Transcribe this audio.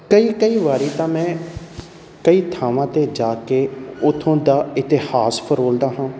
ਕਈ ਕਈ ਵਾਰ ਤਾਂ ਮੈਂ ਕਈ ਥਾਵਾਂ 'ਤੇ ਜਾ ਕੇ ਉੱਥੋਂ ਦਾ ਇਤਿਹਾਸ ਫਰੋਲਦਾ ਹਾਂ